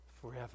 forever